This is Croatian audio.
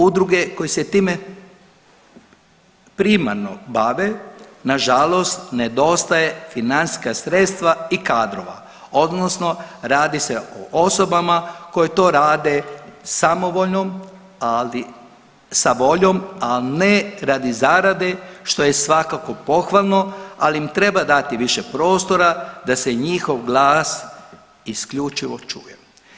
Udruge koje se time primarno bave nažalost nedostaje financijska sredstva i kadrova odnosno radi se osobama koje to rado samovoljno, ali sa voljom, a ne radi zarade što je svakako pohvalno, ali im treba dati više prostora da se njihov glas isključivo čuje.